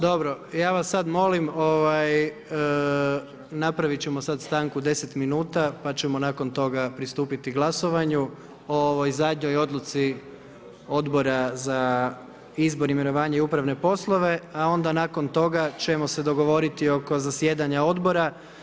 Dobro, ja vas sada molim napravit ćemo sada stanku od deset minuta pa ćemo nakon toga pristupit glasovanju o ovoj zadnjoj odluci Odbora za izbor, imenovanje i upravne poslove, a onda nakon toga ćemo se dogovoriti oko zasjedanja odbora.